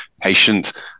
patient